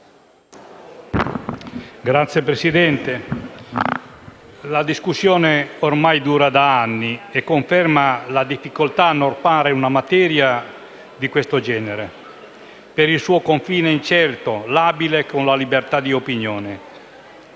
Signor Presidente, la discussione su questo tema ormai dura da anni e conferma la difficoltà a normare una materia di questo genere per il suo confine incerto e labile, come è la libertà di opinione.